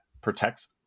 protects